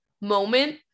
moment